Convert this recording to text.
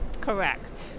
correct